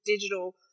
digital